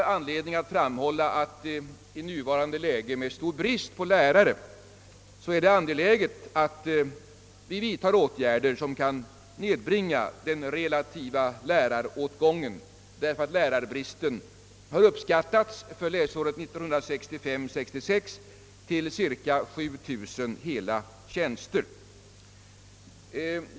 Jag framhöll då att det i nuvarande läge med den stora bristen på lärare är angeläget att vi vidtar åtgärder som kan nedbringa den relativa läraråtgången; lärarbristen har för läsåret 1965/66 uppskattats uppgå till 7000 hela tjänster.